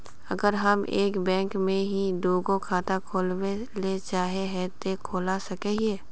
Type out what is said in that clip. अगर हम एक बैंक में ही दुगो खाता खोलबे ले चाहे है ते खोला सके हिये?